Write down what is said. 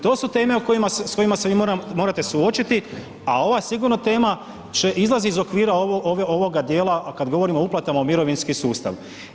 To su teme s kojima se vi morate suočiti a ova sigurno tema će izlaz iz okvira ovoga djela kad govorimo o uplatama u mirovinski sustav.